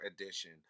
edition